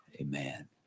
Amen